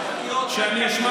שבע תוכניות כלכליות.